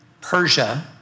Persia